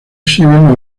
exhiben